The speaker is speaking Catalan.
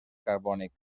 carbònic